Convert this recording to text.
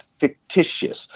fictitious